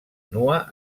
nua